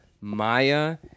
Maya